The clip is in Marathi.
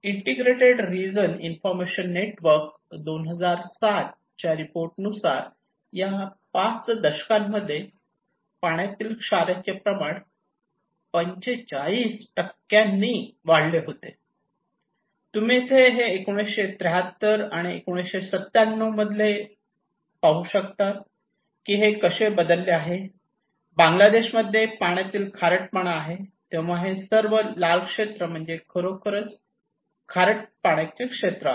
integrated region information network 2007 Integrated Regional Information Network 2007 च्या रिपोर्ट नुसार या पाच दशकांमध्ये पाण्यातील क्षाराचे प्रमाण 45 नी वाढले होते तुम्ही इथे हे 1973 आणि 1997 मध्ये पाहू शकतात की हे कसे बदलले आहे हे बांगलादेशामध्ये पाण्यातील खारटपणा आहे तेव्हा हे सर्व लाल क्षेत्र म्हणजेच खरोखर खारट पाण्याचे क्षेत्र आहे